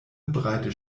breite